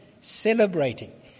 celebrating